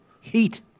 heat